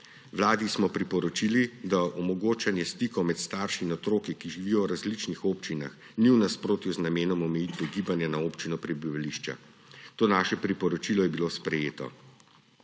Vladi smo priporočili, da omogočanje stikov med starši in otroki, ki živijo v različnih občinah, ni v nasprotju z namenom omejitve gibanja na občino prebivališča. To naše priporočilo je bilo sprejeto.